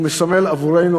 הוא מסמל עבורנו,